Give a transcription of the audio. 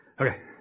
Okay